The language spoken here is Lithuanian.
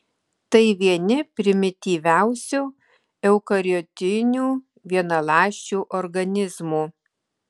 tai vieni primityviausių eukariotinių vienaląsčių organizmų